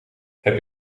heb